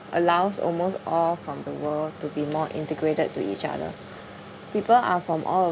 allows almost all from the world to be more integrated to each other people are from all